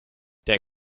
der